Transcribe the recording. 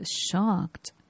shocked